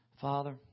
Father